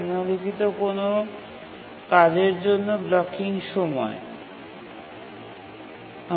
নীচে কোনও কাজের জন্য ব্লকিং সময়টি বর্ণনা করা হয়েছে